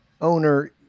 owner